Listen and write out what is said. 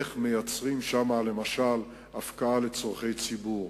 איך מייצרים שם למשל הפקעה לצורכי ציבור,